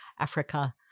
Africa